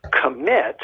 commit